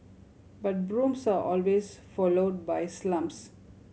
but brooms are always followed by slumps